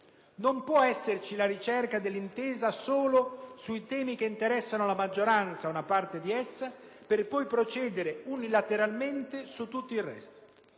Non può esserci la ricerca dell'intesa solo sui temi che interessano la maggioranza, o una parte di essa, per poi procedere unilateralmente su tutto il resto.